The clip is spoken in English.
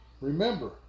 Remember